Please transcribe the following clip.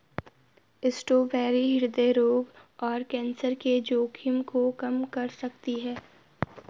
strawberry हृदय रोग और कैंसर के जोखिम को कम कर सकती है